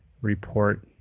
report